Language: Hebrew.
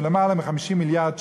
שזה למעלה מ-50 מיליארד שקל,